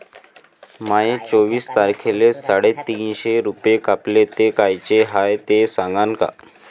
माये चोवीस तारखेले साडेतीनशे रूपे कापले, ते कायचे हाय ते सांगान का?